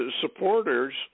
supporters